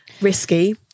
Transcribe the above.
risky